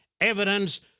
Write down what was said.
evidence